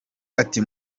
ati